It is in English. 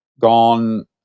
gone